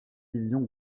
division